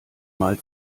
mal